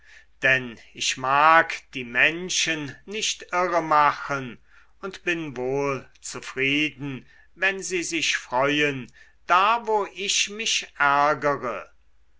denn ich mag die menschen nicht irremachen und bin wohl zufrieden wenn sie sich freuen da wo ich mich ärgere